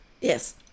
Yes